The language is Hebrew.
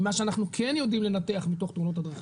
עם מה שאנחנו כן יודעים לנתח מתוך תאונות הדרכים.